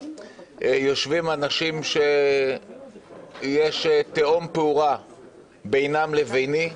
יושבים אנשים שתהום אידיאולוגית פעורה בינם לביני,